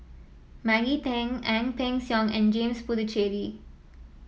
Maggie Teng Ang Peng Siong and James Puthucheary